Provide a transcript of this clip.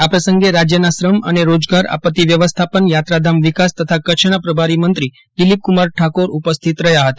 આ પ્રસંગે રાજયનાં શ્રમ અને રોજગાર આપત્તિ વ્યવસ્થાપન યાત્રાધામ વિકાસ તથા કચ્છના પ્રભારી મંત્રી દિલીપક્રમાર ઠાકોર ઉપસ્થિત રહ્યા હતા